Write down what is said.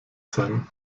sein